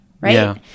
right